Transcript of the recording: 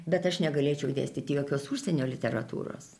bet aš negalėčiau dėstyti jokios užsienio literatūros